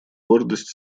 гордость